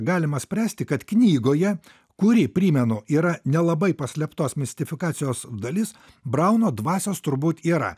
galima spręsti kad knygoje kuri primenu yra nelabai paslėptos mistifikacijos dalis brauno dvasios turbūt yra